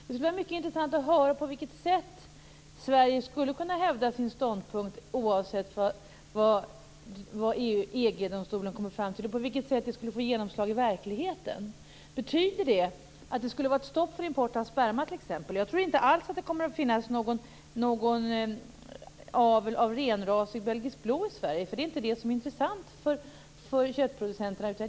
Det skulle vara mycket intressant att höra på vilket sätt som Sverige skulle kunna hävda sin ståndpunkt oavsett vad EG domstolen kommer fram till, och på vilket sätt den skulle få genomslag i verkligheten. Betyder det att det skulle bli ett stopp för import av t.ex. sperma? Jag tror inte alls att det kommer att finnas någon avel av renrasig belgisk blå i Sverige. Det är inte det som är intressant för köttproducenterna.